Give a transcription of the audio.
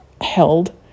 held